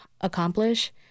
accomplish